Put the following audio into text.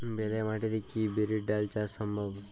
বেলে মাটিতে কি বিরির ডাল চাষ সম্ভব?